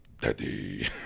Daddy